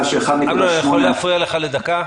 ש-1 מתוך 8 --- אני יכול להפריע לך לדקה?